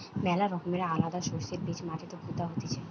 ম্যালা রকমের আলাদা শস্যের বীজ মাটিতে পুতা হতিছে